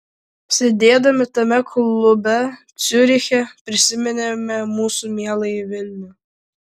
sėdėdami tame klube ciuriche prisiminėme mūsų mieląjį vilnių